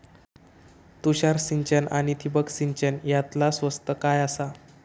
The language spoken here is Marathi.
तुषार सिंचन आनी ठिबक सिंचन यातला स्वस्त काय आसा?